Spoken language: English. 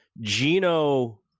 gino